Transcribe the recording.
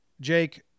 Jake